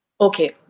Okay